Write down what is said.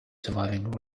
surviving